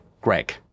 greg